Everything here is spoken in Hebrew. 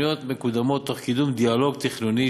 התוכניות מקודמות תוך קידום דיאלוג תכנוני